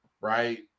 Right